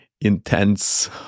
intense